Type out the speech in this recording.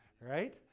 right